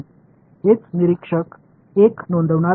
हेच निरीक्षक 1 नोंदवणार आहे